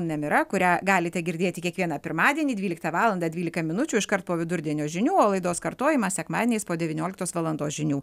nemira kurią galite girdėti kiekvieną pirmadienį dvyliktą valandą dvylika minučių iškart po vidurdienio žinių o laidos kartojimas sekmadieniais po devynioliktos valandos žinių